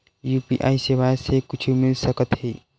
UPI सेवाएं से कुछु मिल सकत हे?